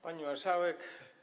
Pani Marszałek!